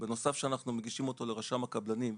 בנוסף לכך שאנחנו מגישים אותו לרשם הקבלנים,